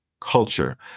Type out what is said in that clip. Culture